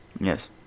Yes